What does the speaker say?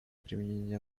применение